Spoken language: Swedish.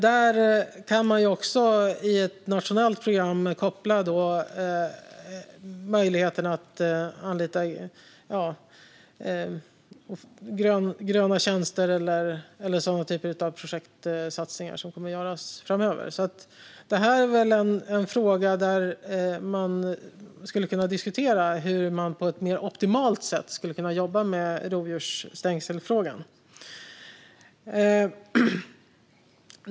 I ett nationellt program kan man koppla detta till möjligheten att anlita gröna tjänster eller sådana typer av projektsatsningar som kommer att göras framöver. Detta är väl ett område där vi kan diskutera hur man på ett mer optimalt sätt skulle kunna jobba med rovdjursstängselfrågan.